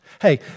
Hey